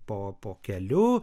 po po keliu